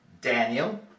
Daniel